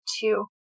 two